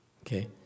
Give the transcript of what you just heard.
Okay